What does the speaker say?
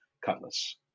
cutlass